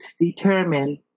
determine